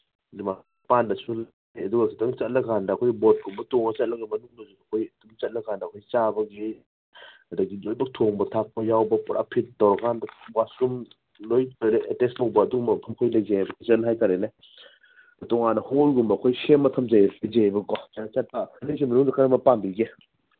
ꯑꯗꯨꯅ ꯃꯄꯥꯟꯗꯁꯨ ꯂꯩ ꯑꯗꯨꯒ ꯈꯤꯇꯪ ꯆꯠꯂꯀꯥꯟꯗ ꯑꯩꯈꯣꯏ ꯕꯣꯠꯀꯨꯝꯕ ꯇꯣꯡꯉꯒ ꯆꯠꯂꯒ ꯃꯅꯨꯡꯗꯁꯨ ꯑꯩꯈꯣꯏ ꯆꯠꯂꯀꯥꯟꯗ ꯑꯩꯈꯣꯏ ꯆꯥꯕꯒꯤ ꯑꯗꯨꯗꯒꯤ ꯂꯣꯏꯅꯃꯛ ꯊꯣꯡꯕ ꯊꯥꯛꯄ ꯌꯥꯎꯕ ꯄꯨꯔꯥ ꯐꯤꯠ ꯇꯧꯔꯀꯥꯟꯗ ꯋꯥꯁꯔꯨꯝ ꯂꯣꯏ ꯇꯣꯏꯂꯦꯠ ꯑꯦꯇꯦꯁ ꯇꯧꯕ ꯑꯗꯨꯒꯨꯝꯕ ꯃꯐꯝ ꯑꯩꯈꯣꯏ ꯂꯩꯖꯩ ꯀꯤꯠꯆꯟ ꯍꯥꯏ ꯇꯥꯔꯦꯅꯦ ꯇꯣꯉꯥꯟꯅ ꯍꯣꯜꯒꯨꯝꯕ ꯑꯩꯈꯣꯏ ꯁꯦꯝꯃ ꯊꯝꯖꯩꯌꯦꯕꯀꯣ ꯑꯅꯤꯁꯤ ꯃꯅꯨꯡꯗ ꯀꯔꯝꯕ ꯄꯥꯝꯕꯤꯒꯦ